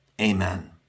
Amen